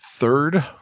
Third